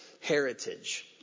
heritage